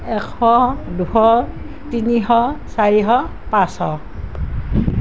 এশ দুশ তিনিশ চাৰিশ পাঁচশ